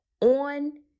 on